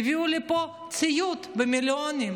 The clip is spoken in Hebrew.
פשוט הביאו לפה ציוד במיליונים.